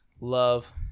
love